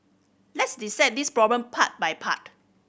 let's dissect this problem part by part